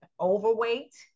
overweight